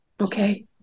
Okay